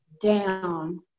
down